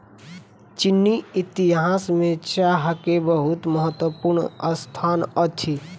चीनी इतिहास में चाह के बहुत महत्वपूर्ण स्थान अछि